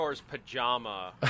pajama